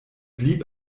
blieb